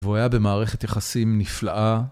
והוא היה במערכת יחסים נפלאה.